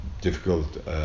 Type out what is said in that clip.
difficult